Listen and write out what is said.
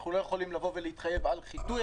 אנחנו לא יכולים להתחייב על חיטוי,